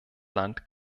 land